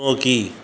நோக்கி